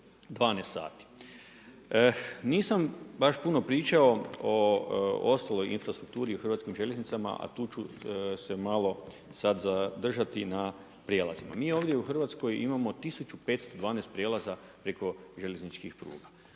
12 sati. Nisam baš puno pričao o ostaloj infrastrukturi u Hrvatskim željeznicama, a tu ću se malo sad zadržati na prijelazima. Mi ovdje u Hrvatskoj imamo 1512 prijelaza preko željezničkih pruga.